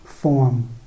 form